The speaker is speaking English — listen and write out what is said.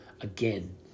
again